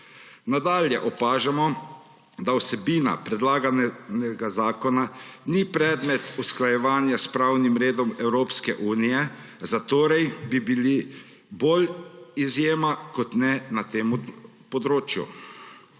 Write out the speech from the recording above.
Nadalje opažamo, da vsebina predlaganega zakona ni predmet usklajevanja s pravnim redom Evropske unije, zatorej bi bili bolj izjema kot ne na tem področju.